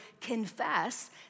confess